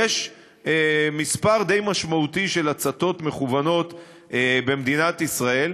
יש מספר די משמעותי של הצתות מכוונת במדינת ישראל.